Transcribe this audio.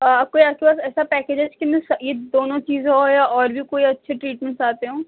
کوئی آپ کے پاس ایسا پیکج ہے جس کے اندر یہ دونوں چیزیں ہوں یا اور بھی کوئی اچھے ٹریٹمنٹس آتے ہوں